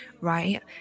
right